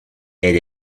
elle